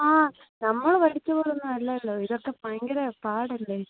ആ നമ്മൾ പഠിച്ച പോലെ ഒന്നും അല്ലല്ലോ ഇതൊക്കെ ഭയങ്കര പാടല്ലേ